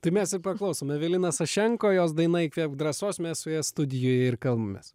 tai mes ir paklausom evelina sašenko jos daina įkvėpk drąsos mes su ja studijoje ir kalbamės